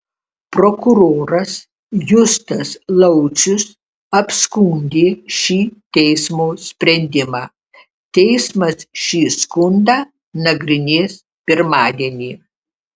prokuroras justas laucius apskundė šį teismo sprendimą teismas šį skundą nagrinės pirmadienį